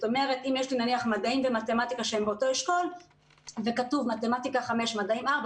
נניח מדעים ומתמטיקה הם באותו אשכול וכתוב מתמטיקה 5 ומדעים 4,